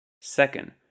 second